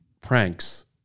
pranks